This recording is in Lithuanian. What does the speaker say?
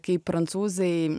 kai prancūzai